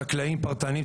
חקלאים פרטניים,